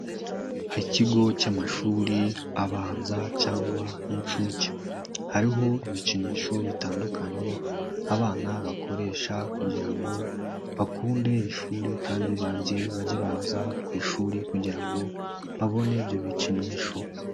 Ikigo cy'amashuri abanza cyangwa y'inshuke, hariho ibikinisho bitandukanye, abana bakoresha kugira ngo bakunde ishuri kandi bajye, bajye baza ku ishuri kugira ngo babone ibyo bikinisho.